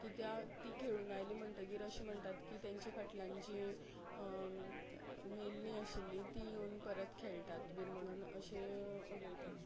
कित्याक तीं खेळून आयलीं म्हणटकच अशें म्हणटात की तांच्या फाटल्यान जीं मेल्लीं आशिल्लीं तीं येवन परत खेळटात बी म्हणून अशे उलयतात